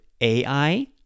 AI